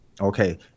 okay